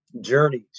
journeys